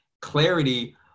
clarity